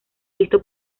visto